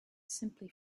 simply